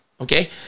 Okay